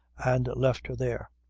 and left her there.